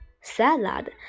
Salad